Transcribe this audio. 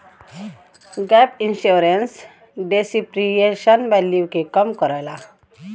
gap insurance depreciation value क कम करला